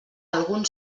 algun